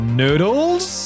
noodles